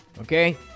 okay